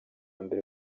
mbere